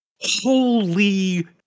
Holy